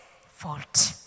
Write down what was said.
fault